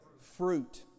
Fruit